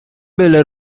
byle